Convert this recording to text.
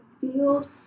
field